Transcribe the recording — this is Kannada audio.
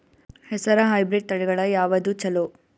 ಹೆಸರ ಹೈಬ್ರಿಡ್ ತಳಿಗಳ ಯಾವದು ಚಲೋ?